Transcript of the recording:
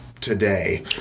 today